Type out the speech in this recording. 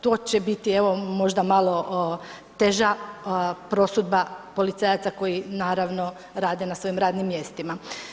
To će biti evo možda malo teža prosudba policajaca koji naravno rade na svojim radnim mjestima.